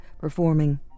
performing